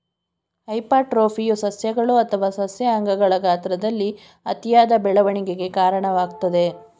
ಹೈಪರ್ಟ್ರೋಫಿಯು ಸಸ್ಯಗಳು ಅಥವಾ ಸಸ್ಯ ಅಂಗಗಳ ಗಾತ್ರದಲ್ಲಿ ಅತಿಯಾದ ಬೆಳವಣಿಗೆಗೆ ಕಾರಣವಾಗ್ತದೆ